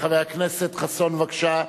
חבר הכנסת מולה, בבקשה,